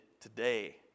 today